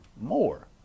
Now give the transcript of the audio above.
more